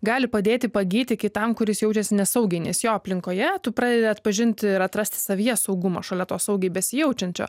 gali padėti pagyti kitam kuris jaučiasi nesaugiai nes jo aplinkoje tu pradedi atpažinti ir atrasti savyje saugumo šalia to saugiai besijaučiančio